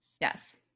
Yes